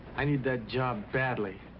i need that job badly.